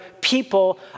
people